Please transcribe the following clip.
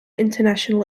international